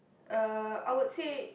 uh I would say